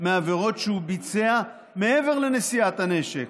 מהעבירות שהוא ביצע מעבר לנשיאת הנשק.